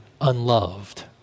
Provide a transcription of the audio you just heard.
unloved